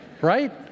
right